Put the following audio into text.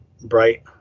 bright